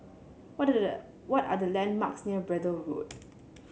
what what are the landmarks near Braddell Road